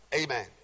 Amen